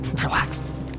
relax